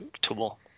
tool